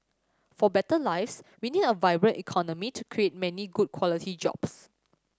for better lives we need a vibrant economy to create many good quality jobs